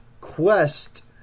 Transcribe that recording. Quest